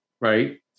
right